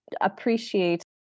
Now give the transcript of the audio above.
appreciate